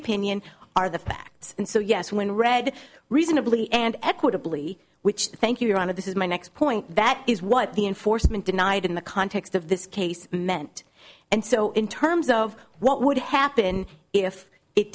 opinion are the facts and so yes when read reasonably and equitably which thank you your honor this is my next point that is what the enforcement denied in the context of this case meant and so in terms of what would happen if it